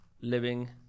living